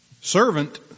servant